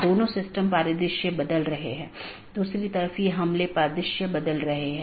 यदि स्रोत या गंतव्य में रहता है तो उस विशेष BGP सत्र के लिए ट्रैफ़िक को हम एक स्थानीय ट्रैफ़िक कहते हैं